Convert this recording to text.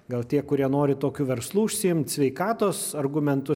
gal tie kurie nori tokiu verslu užsiimt sveikatos argumentu